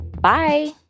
Bye